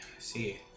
See